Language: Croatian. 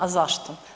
A zašto?